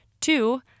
Two